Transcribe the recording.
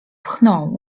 pchną